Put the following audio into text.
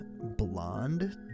blonde